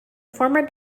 former